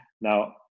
now